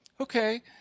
Okay